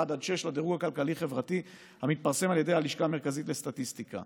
6 לדירוג הכלכלי-חברתי המתפרסם על ידי הלשכה המרכזית לסטטיסטיקה.